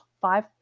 five